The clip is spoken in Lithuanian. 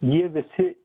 jie visi